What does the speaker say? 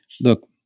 Look